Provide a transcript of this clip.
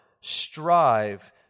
strive